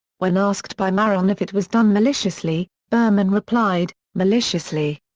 when asked by maron if it was done maliciously, berman replied, maliciously?